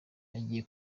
agiye